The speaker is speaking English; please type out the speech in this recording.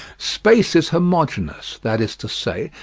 space is homogeneous, that is to say,